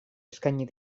eskaini